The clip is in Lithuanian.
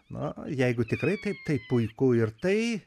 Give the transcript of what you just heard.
na jeigu tikrai taip tai puiku ir tai